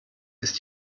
ist